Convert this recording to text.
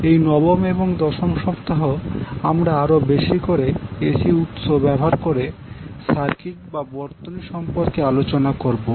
এই নবম এবং দশম সপ্তাহ আমরা আরো বেশি করে এসি উৎস ব্যবহার করে সার্কিট বা বর্তনী সম্পর্কে আলোচনা করবো